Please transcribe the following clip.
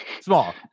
small